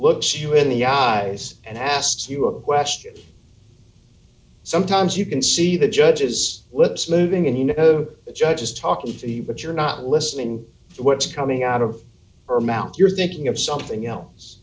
looks you in the eyes and asked you a question sometimes you can see the judges lips moving and you know the judge is talking to you but you're not listening to what's coming out of her mouth you're thinking of something else